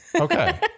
Okay